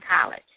college